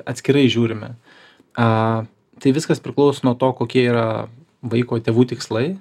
atskirai žiūrime aaa tai viskas priklauso nuo to kokie yra vaiko tėvų tikslai